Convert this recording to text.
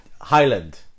highland